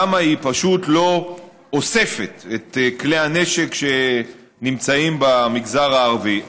למה היא פשוט לא אוספת את כלי הנשק שנמצאים במגזר הערבי.